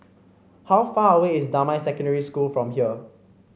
how far away is Damai Secondary School from here